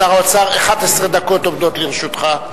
שר האוצר, 11 דקות עומדות לרשותך.